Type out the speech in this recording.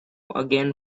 again